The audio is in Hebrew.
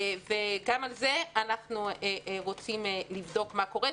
גם על זה, אנחנו רוצים לבדוק מה קורה.